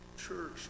church